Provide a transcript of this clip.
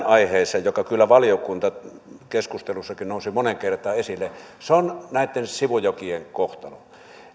aiheeseen joka kyllä valiokuntakeskustelussakin nousi moneen kertaan esille se on näitten sivujokien kohtalo